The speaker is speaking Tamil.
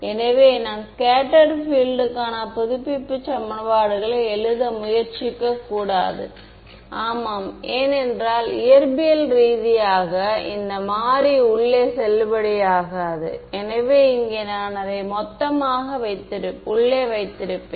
எனவே என்னிடம் இருக்கும் இந்த உறவின் மூலம் நான் இப்போது இந்த சமன்பாடு 1 ஐப் பயன்படுத்தி இதை இப்படி எழுதி இருக்கின்றேன்